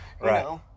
Right